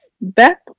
back